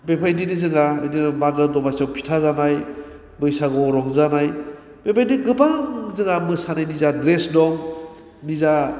बेफोरबादिनो जोंहा बिदिनो मागो दमासियाव फिथा जानाय बैसागुआव रंजानाय बेबादि गोबां जोंहा मोसानायनि जोंहा ड्रेस दं निजा